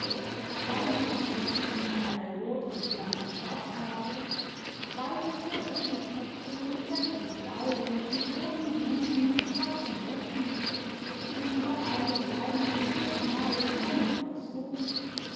zwei mädchen eine rot und die andere schwarzhaarig beide sehr wuschelköpfig und gleich gekleidet mit roten blusen und schwarzen röcken und noch eine kleine sehr schmale blonde person